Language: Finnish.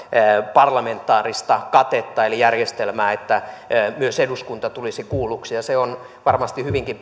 parlamentaarista katetta eli järjestelmää että myös eduskunta tulisi kuulluksi ja se on varmasti hyvinkin